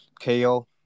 KO